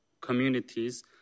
communities